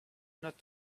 not